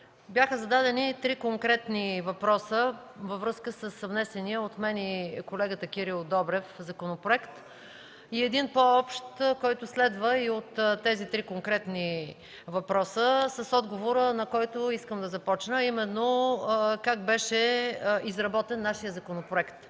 Бяха зададени три конкретни въпроса във връзка с внесения от мен и колегата Кирил Добрев законопроект, и един по общ, който следва от тези три конкретни въпроса, с отговора на който искам да започна, а именно как беше изработен нашият законопроект.